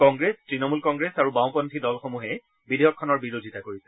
Congress Trinamool Congress আৰু বাওঁপন্থী দলসমূহে বিধেয়কখনৰ বিৰোধীতা কৰিছে